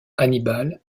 hannibal